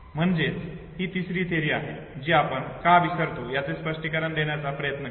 म्हणजेच ही तिसरी थिअरी आहे जी आपण का विसरतो याचे स्पष्टीकरण देण्याचा प्रयत्न करते